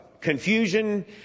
Confusion